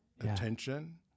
attention